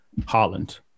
Haaland